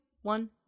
one